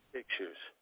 pictures